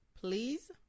Please